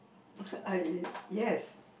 I yes